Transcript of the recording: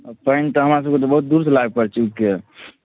पानि तऽ हमरासभके तऽ बहुत दूरसँ लाबय पड़ै छै उघि कऽ